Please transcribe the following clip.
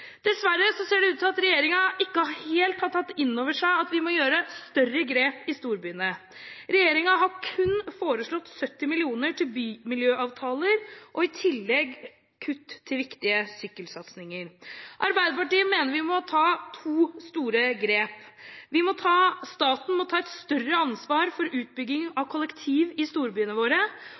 Dessverre ser det ut til at regjeringen ikke helt har tatt inn over seg at vi må ta større grep i storbyene. Regjeringen har kun foreslått 70 mill. kr til bymiljøavtaler, og i tillegg kutt til viktige sykkelsatsinger. Arbeiderpartiet mener vi må ta to store grep. Staten må ta et større ansvar for utbyggingen av kollektivtransport i storbyene våre,